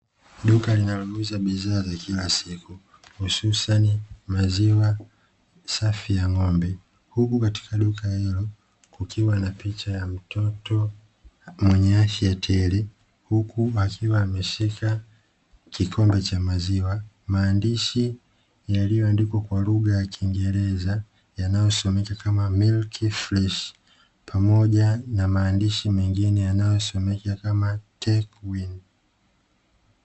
Duka linalouza bidhaa za kila siku, hususani maziwa safi ya ng’ombe, huku katika duka hilo kukiwa na picha ya mtoto wenye afya tele, huku akiwa ameshika kikombe cha maziwa, maandishi yaliyoandikwa kwa lugha ya kiingereza yanayosomeka kama "milki freshi" pamoja na maandishi mengine yanayosomeka kama "techwin".